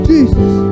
Jesus